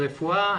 לרפואה.